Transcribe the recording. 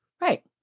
Right